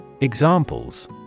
Examples